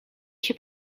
się